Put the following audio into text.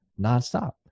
nonstop